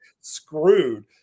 screwed